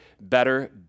better